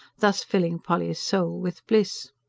thus filling polly's soul with bliss.